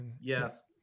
Yes